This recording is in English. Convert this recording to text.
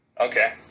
okay